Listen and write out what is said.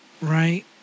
right